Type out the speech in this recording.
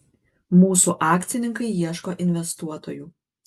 mūsų akcininkai ieško investuotojų